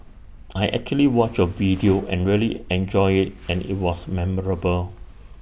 I actually watched your video and really enjoyed and IT was memorable